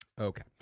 Okay